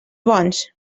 bons